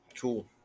cool